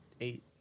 eight